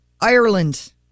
Ireland